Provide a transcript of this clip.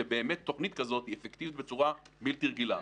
שבאמת תוכנית כזאת היא אפקטיבית בצורה בלתי רגילה.